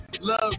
Love